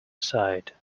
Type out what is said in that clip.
aside